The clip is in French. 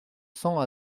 cents